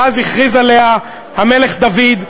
מאז הכריז עליה המלך דוד,